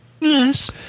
yes